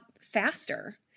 faster